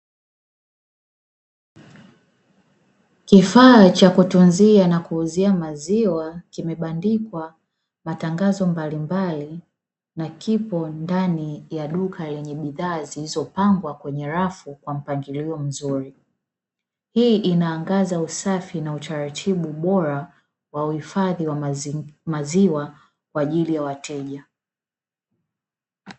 Kifaa cha kutunzia na kuuzia maziwa, kimebandikwa matangazo mbalimbali, na kipo ndani ya duka lenye bidhaa zilizopangwa kwenye rafu kwa mpangilio mzuri, hii inaangaza usafi na utaratibu bora, wa uhifadhi wa maziwa kwa ajili ya wateja.